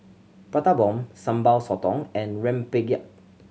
Prata Bomb Sambal Sotong and rempeyek